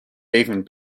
even